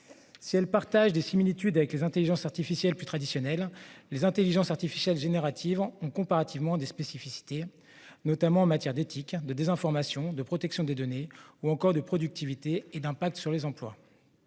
Si elles partagent des similitudes avec les intelligences artificielles plus traditionnelles, les IA génératives soulèvent des problèmes spécifiques, notamment en matière d'éthique, de désinformation, de protection des données, ou encore de productivité et d'impact sur les emplois.